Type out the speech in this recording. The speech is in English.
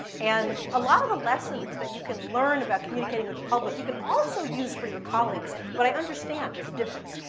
and a lot of the lessons that you can learn about communicating with the public, you can also use for your colleagues. but i understand there's a difference.